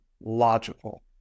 logical